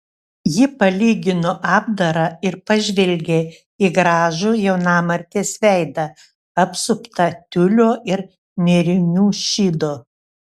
ji palygino apdarą ir pažvelgė į gražų jaunamartės veidą apsuptą tiulio ir nėrinių šydo